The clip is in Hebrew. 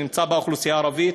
שנמצא באוכלוסייה הערבית?